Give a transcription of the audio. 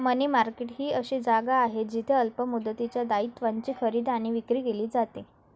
मनी market ही अशी जागा आहे जिथे अल्प मुदतीच्या दायित्वांची खरेदी आणि विक्री केली जाते